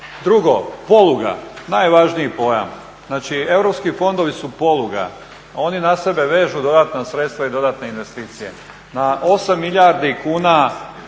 Drugo, poluga, najvažniji pojam. Znači europski fondovi su poluga, oni na sebe vežu dodatna sredstva i dodatne investicije. Na 8 milijardi kuna